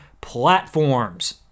platforms